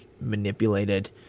manipulated